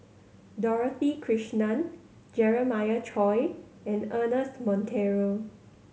Dorothy Krishnan Jeremiah Choy and Ernest Monteiro